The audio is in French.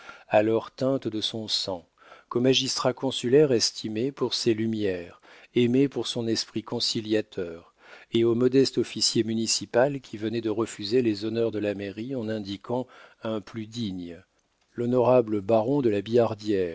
saint-roch alors teintes de son sang qu'au magistrat consulaire estimé pour ses lumières aimé pour son esprit conciliateur et au modeste officier municipal qui venait de refuser les honneurs de la mairie en indiquant un plus digne l'honorable baron de la